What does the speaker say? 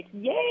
Yay